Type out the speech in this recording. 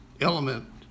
element